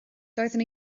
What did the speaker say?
doeddwn